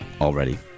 already